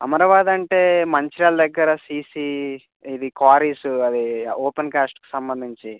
అమరవాది అంటే మంచిర్యాల దగ్గర సీసీ ఇది క్వారీస్ అవి ఓపెన్ కాస్ట్కి సంబంధించి